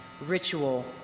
ritual